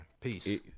Peace